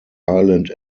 island